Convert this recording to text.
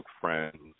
friends